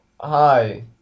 Hi